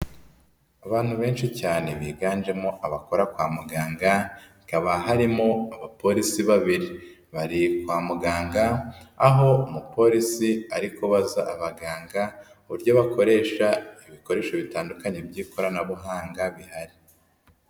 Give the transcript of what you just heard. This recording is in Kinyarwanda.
Abantu benshi cyane biganjemo abakora kwa muganga hakaba harimo abapolisi babiri, bari kwa muganga aho umupolisi ari kubaza abaganga uburyo bakoresha ibikoresho bitandukanye by'ikoranabuhanga bihari.